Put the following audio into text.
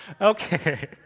Okay